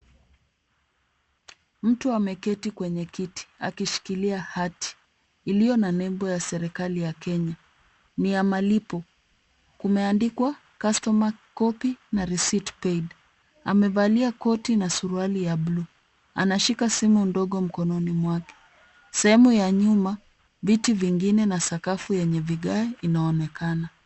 Mtu ameketi kwenye kiti akishikilia hati iliyo na nembo ya serikali ya Kenya, ni ya malipo, kumeandikwa customer copy na receipt paid amevalia koti na suruali ya buluu, anashika simu ndogo mkononi mwake. Sehemu ya nyuma, viti vingine na sakafu yenye vigae inaonekana.